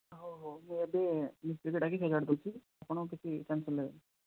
ହଉ ହଉ ମୁଁ ଏବେ ମିସ୍ତ୍ରୀକୁ ଡାକିକି ସଜାଡ଼ି ଦେଉଛି ଆପଣ କିଛି ଟେନସନ୍ ନେବେନି